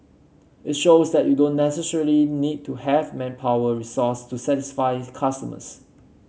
it shows that you don't necessarily need to have manpower resource to satisfy customers